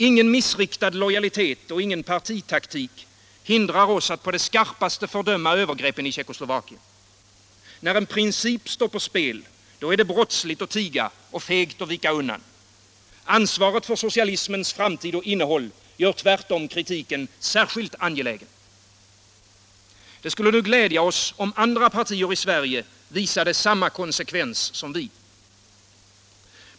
Ingen missriktad lojalitet och ingen partitaktik hindrar oss från att på det skarpaste fördöma övergreppen i Tjeckoslovakien. När en princip står på spel är det brottsligt att tiga och fegt att vika undan. Ansvaret för socialismens framtid och innehåll gör tvärtom kritiken särskilt angelägen. Det skulle glädja oss om andra partier i Sverige visade samma konsekvens som vi.